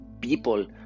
people